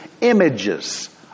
images